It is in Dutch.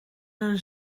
een